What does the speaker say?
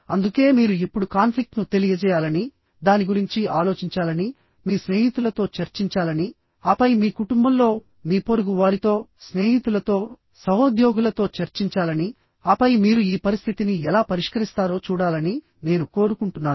అందుకే మీరు ఇప్పుడు కాన్ఫ్లిక్ట్ ను తెలియజేయాలని దాని గురించి ఆలోచించాలని మీ స్నేహితులతో చర్చించాలని ఆపై మీ కుటుంబంలో మీ పొరుగువారితో స్నేహితులతో సహోద్యోగులతో చర్చించాలని ఆపై మీరు ఈ పరిస్థితిని ఎలా పరిష్కరిస్తారో చూడాలని నేను కోరుకుంటున్నాను